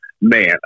Man